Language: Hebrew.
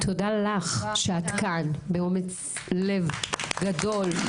תודה לך שאת כאן, באומץ לב גדול.